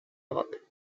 europe